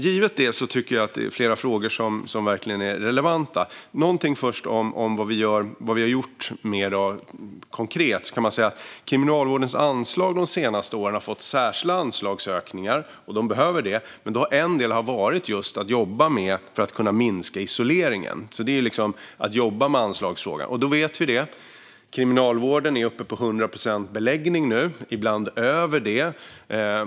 Givet detta tycker jag att flera av frågorna är väldigt relevanta. Jag vill först säga något om vad vi har gjort mer konkret. Kriminalvården har de senaste åren fått särskilda anslagsökningar, och de behövs. En del har handlat om att jobba med att kunna minska isoleringen. På så vis jobbar man med anslagsfrågan. Vi vet att kriminalvården är uppe på 100 procents beläggning nu. Ibland ligger man över det.